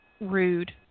Rude